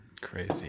Crazy